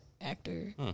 actor